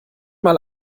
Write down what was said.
mal